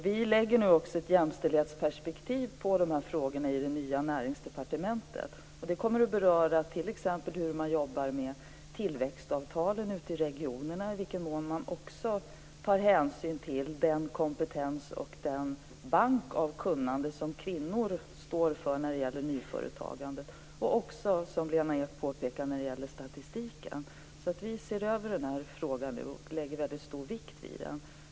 Vi lägger nu också ett jämställdhetsperspektiv på de här frågorna i det nya Näringsdepartementet, och det kommer att beröra t.ex. hur man jobbar med tillväxtavtalen ute i regionerna, i vilken mån man också tar hänsyn till den kompetens och den bank av kunnande som kvinnor står för när det gäller nyföretagandet och även, som Lena Ek påpekar, statistiken. Vi ser över den här frågan nu och lägger väldigt stor vikt vid den.